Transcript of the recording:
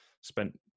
Spent